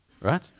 right